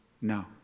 No